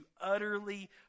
utterly